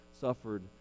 suffered